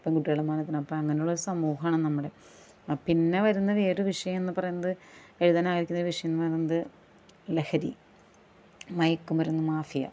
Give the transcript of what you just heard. പെൺകുട്ടികളുടെ മാനത്തിന് അപ്പം അങ്ങനെ ഉള്ളൊരു സമൂഹമാണ് നമ്മുടെ അ പിന്നെ വരുന്ന വേറൊര് വിഷയമെന്ന് പറയുന്നത് എഴുതാനാഗ്രഹിക്കുന്ന വിഷയമെന്ന് പറയുന്നത് ലഹരി മയക്ക് മരുന്ന് മാഫിയ